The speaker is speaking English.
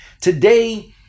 Today